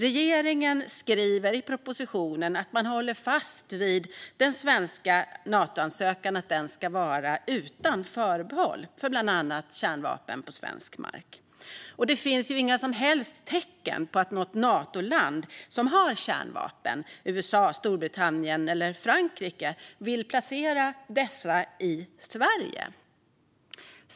Regeringen skriver i propositionen att man håller fast vid den svenska Natoansökan utan förbehåll, för bland annat kärnvapen på svensk mark. Det finns inga som helst tecken på att något Natoland som har kärnvapen - USA, Storbritannien eller Frankrike - vill placera dem i Sverige.